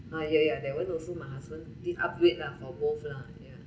ah ya ya that one also my husband did upgrade lah for both lah ya